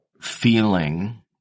feeling